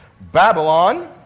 Babylon